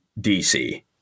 DC